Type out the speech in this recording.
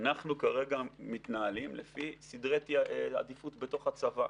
אנחנו כרגע מתנהלים לפי סדרי עדיפות בתוך הצבא.